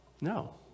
No